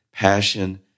Passion